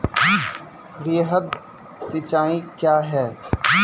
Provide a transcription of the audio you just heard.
वृहद सिंचाई कया हैं?